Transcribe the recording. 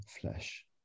flesh